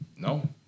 No